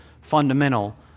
fundamental